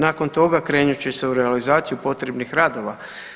Nakon toga krenut će se u realizaciju potrebnih radova.